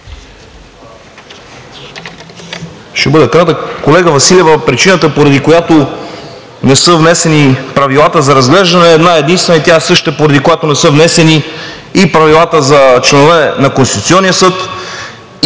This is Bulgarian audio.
Ще бъда кратък. Колега Василева, причината, поради която не са внесени Правилата за разглеждане, е една-единствена – тя е същата, поради която не са внесени и Правилата за членове на Конституционния съд,